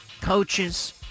coaches